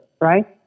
Right